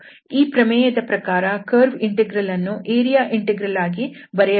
ಈ ಪ್ರಮೇಯದ ಪ್ರಕಾರ ಕರ್ವ್ ಇಂಟೆಗ್ರಲ್ ಅನ್ನು ಏರಿಯಾ ಇಂಟೆಗ್ರಲ್ ಆಗಿ ಬರೆಯಬಹುದು